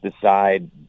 decide